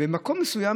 במקום מסוים,